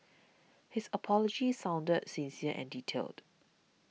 his apology sounded sincere and detailed